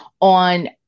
on